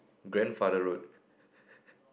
grandfather road